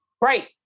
Right